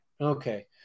Okay